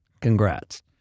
Congrats